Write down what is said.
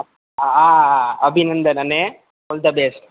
આ અભિનંદન અને ઓલ ધ બેસ્ટ